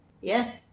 Yes